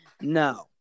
no